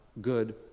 good